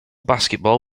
basketball